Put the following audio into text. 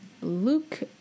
Luke